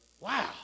Wow